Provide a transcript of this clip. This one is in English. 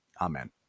Amen